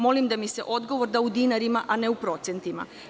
Molim da mi se odgovor da u dinarima, a ne u procentima.